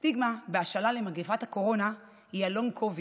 סטיגמה, בהשאלה למגפת הקורונה, היא ה-Long COVID